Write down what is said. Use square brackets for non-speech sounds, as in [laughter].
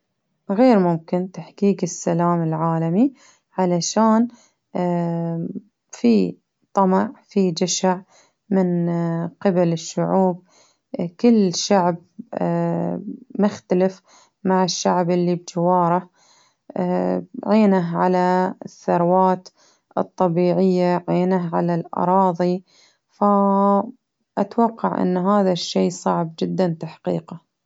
غير ممكن تحقيق السلام العالمي علشان [hesitation] في طمع في جشع من [hesitation] قبل الشعوب، [hesitation] كل شعب [hesitation] مختلف مع الشعب اللي بجواره، [hesitation] عينه على الثروات الطبيعية، عينه على الأراضي، أتوقع إن هذا الشي صعب جدا تحقيقه.